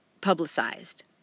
publicized